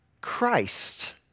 Christ